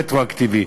רטרואקטיבית.